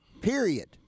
period